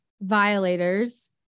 violators